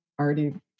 already